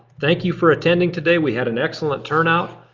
thank you for attending today. we had an excellent turnout.